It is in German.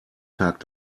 tag